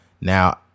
Now